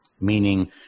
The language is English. meaning